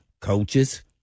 coaches